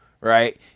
right